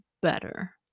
better